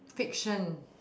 fiction